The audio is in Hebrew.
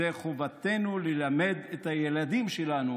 זו חובתנו ללמד את הילדים שלנו